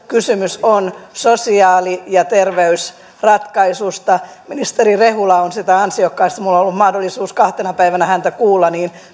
kysymys on sosiaali ja terveysratkaisusta ministeri rehula on sitä ansiokkaasti minulla on ollut mahdollisuus kahtena päivänä häntä kuulla